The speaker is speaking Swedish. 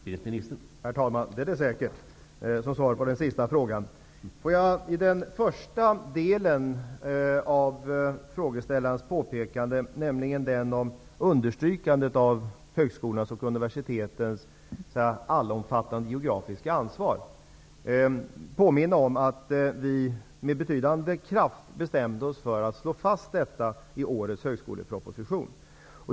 Herr talman! Det är det säkert, som svar på den sista frågan. Låt mig när det gäller den första delen av frågeställarens påpekande, nämligen den om understrykandet av högskolornas och universitetens allomfattande geografiska ansvar, påminna om att vi med betydande kraft bestämde oss för att slå fast detta i årets högskoleproposition.